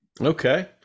Okay